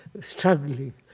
struggling